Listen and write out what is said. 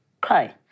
cry